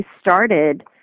started